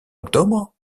octobre